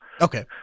Okay